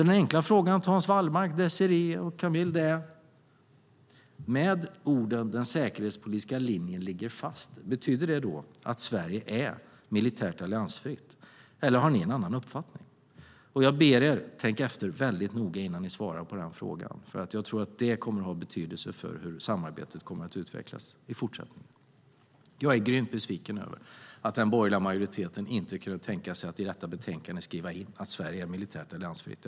Den enkla frågan till Hans Wallmark, Désirée Pethrus och Ismail Kamil är: Betyder orden "den säkerhetspolitiska linjen ligger fast" att Sverige är militärt alliansfritt eller har ni en annan uppfattning? Jag ber er att tänka efter väldigt noga innan ni svarar på den frågan, för jag tror att det kommer att ha betydelse för hur samarbetet kommer att utvecklas i fortsättningen. Jag är grymt besviken över att den borgerliga majoriteten inte kunde tänka sig att i detta betänkande skriva in att Sverige är militärt alliansfritt.